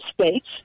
states